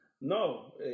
No